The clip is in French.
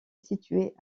située